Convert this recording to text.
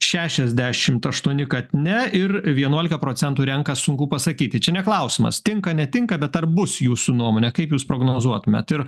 šešiasdešimt aštuoni kad ne ir vienuolika procentų renka sunku pasakyti čia ne klausimas tinka netinka bet ar bus jūsų nuomone kaip jūs prognozuotumėt ir